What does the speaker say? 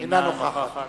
אינה נוכחת